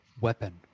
Weapon